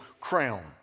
crown